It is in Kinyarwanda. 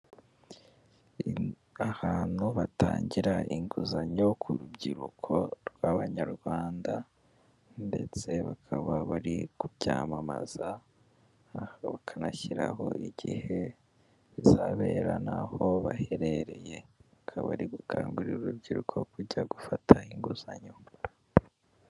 Ahantu batangira inguzanyo ku rubyiruko rw'abanyarwanda, ndetse bakaba bari kubyamamaza, bakanashyiraho igihe bizabera n'aho baherereye, akaba ari gukangurira urubyiruko kujya gufata inguzanyo.